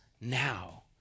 now